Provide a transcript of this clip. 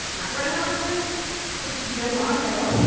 not running off to to you know monaco.